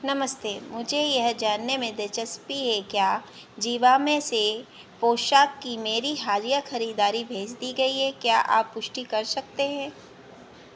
नमस्ते मुझे यह जानने में दिलचस्पी है कि क्या ज़ीवा में से पोषक की मेरी हालिया खरीदारी भेज दी गई है क्या आप पुष्टि कर सकते हैं